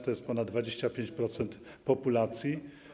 To jest ponad 25% populacji.